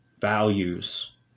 values